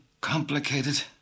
complicated